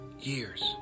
years